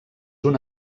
una